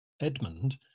Edmund